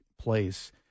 place